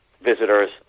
visitors